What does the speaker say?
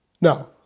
Now